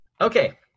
Okay